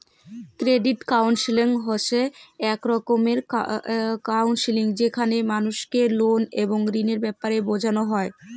credit counselling হসে এক রকমের কাউন্সেলিং যেখানে মানুষকে লোন এবং ঋণের ব্যাপারে বোঝানো হই